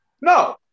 No